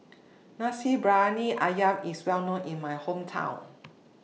Nasi Briyani Ayam IS Well known in My Hometown